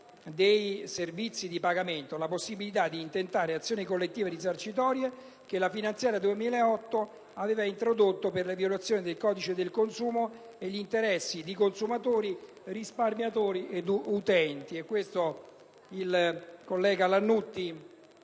dei servizi di pagamento la possibilità di intentare azioni collettive risarcitorie, che la finanziaria del 2008 aveva introdotto per la violazione del codice del consumo e a tutela degli interessi di consumatori, risparmiatori ed utenti.